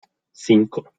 cinco